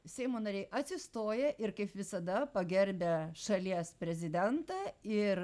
seimo nariai atsistoja ir kaip visada pagerbia šalies prezidentą ir